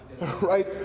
right